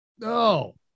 No